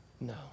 No